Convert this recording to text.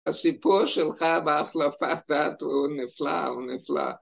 הסיפור שלך בהחלפת דעת הוא נפלא, הוא נפלא.